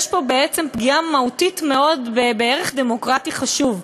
יש פה בעצם פגיעה מהותית מאוד בערך דמוקרטי חשוב.